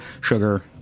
sugar